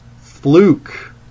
Fluke